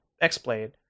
X-Blade